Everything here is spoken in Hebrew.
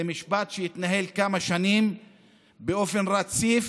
זה משפט שיתנהל כמה שנים באופן רציף,